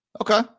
Okay